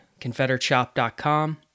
confederateshop.com